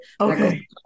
Okay